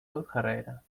doodgereden